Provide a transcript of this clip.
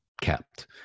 kept